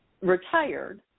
retired